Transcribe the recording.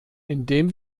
indem